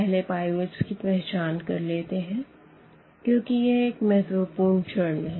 पहले पाइवटस की पहचान कर लेते है क्योंकि यह एक महत्वपूर्ण चरण है